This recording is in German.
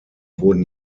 wurden